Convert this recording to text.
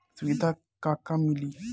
सुविधा का का मिली?